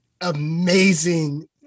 amazing